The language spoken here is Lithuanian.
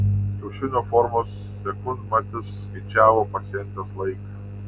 kiaušinio formos sekundmatis skaičiavo pacientės laiką